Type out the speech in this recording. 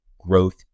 growth